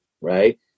Right